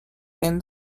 end